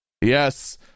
Yes